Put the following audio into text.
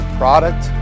product